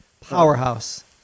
Powerhouse